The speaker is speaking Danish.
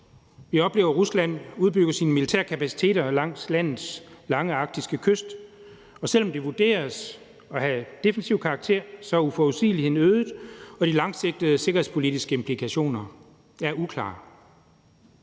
Vi oplever, at Rusland udbygger sine militære kapaciteter langs landets lange arktiske kyst, og selv om det vurderes at have defensiv karakter, er uforudsigeligheden øget, og de langsigtede sikkerhedspolitiske implikationer er uklare.